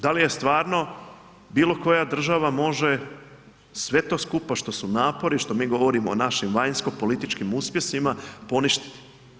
Da li je stvarno bilo koja država može sve to skupa što su napori, što mi govorimo o našim vanjskopolitičkim uspjesima poništiti?